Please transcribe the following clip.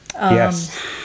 Yes